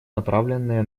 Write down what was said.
направленные